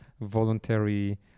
voluntary